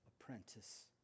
apprentice